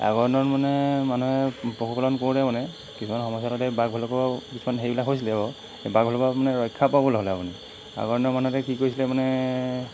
আগৰ দিনত মানে মানুহে পশুপালন কৰোঁতে মানে কিছুমান সমস্যা যেনে এই বাঘ ভালুকৰ কিছুমান হেৰিবিলাক হৈছিলে বাঘ ভালুকৰপৰা ৰক্ষা পাবলৈ হ'লে মানে আগৰ দিনৰ মানুহে কি কৰিছিলে মানে